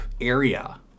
area